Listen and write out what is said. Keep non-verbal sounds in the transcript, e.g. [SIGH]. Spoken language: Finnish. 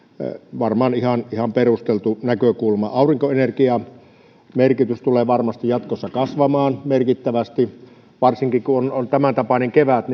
varmaan ihan ihan perusteltu näkökulma aurinkoenergian merkitys tulee varmasti jatkossa kasvamaan merkittävästi varsinkin kun on on tämäntapainen kevät [UNINTELLIGIBLE]